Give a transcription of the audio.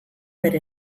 bere